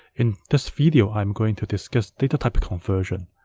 in this video, i'm going to discuss data type conversion.